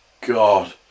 God